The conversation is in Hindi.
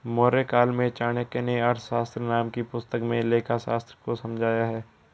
मौर्यकाल में चाणक्य नें अर्थशास्त्र नाम की पुस्तक में लेखाशास्त्र को समझाया है